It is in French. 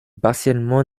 partiellement